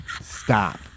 stop